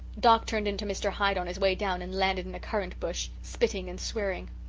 doc turned into mr. hyde on his way down and landed in a currant bush, spitting and swearing.